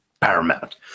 Paramount